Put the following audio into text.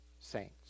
saints